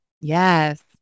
Yes